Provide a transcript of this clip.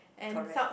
correct